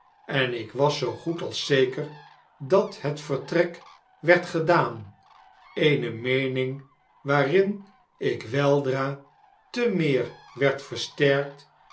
en ik was zoogoed als zeker dat het vertrek werd g e d a a n eene meening waarin ik weldra te meer werd versterkt